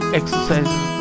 exercises